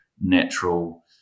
natural